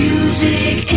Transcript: Music